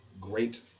great